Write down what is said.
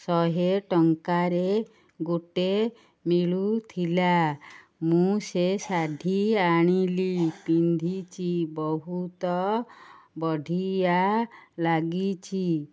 ଶହେ ଟଙ୍କାରେ ଗୋଟେ ମିଳୁଥିଲା ମୁଁ ସେ ଶାଢ଼ୀ ଆଣିଲି ପିନ୍ଧିଛି ବହୁତ ବଢ଼ିଆ ଲାଗିଛି